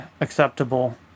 acceptable